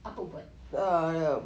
apa buat